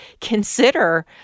consider